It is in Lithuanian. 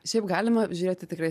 šiaip galima žiūrėti tikrai